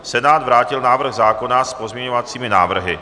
Senát vrátil návrh zákona s pozměňovacími návrhy.